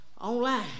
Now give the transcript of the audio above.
online